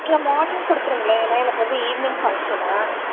இல்லை மார்னிங் கொடுத்துருங்களேன் ஏன்னா எனக்கு வந்து ஈவ்னிங் ஃபங்க்ஷன்னு